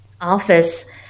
office